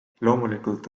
loomulikult